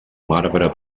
marbre